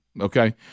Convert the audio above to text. Okay